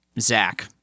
Zach